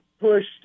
pushed